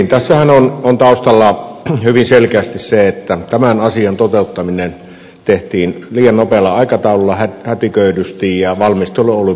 tässähän on taustalla hyvin selkeästi se että tämän asian toteuttaminen tehtiin liian nopealla aikataululla hätiköidysti ja valmistelu oli puutteellista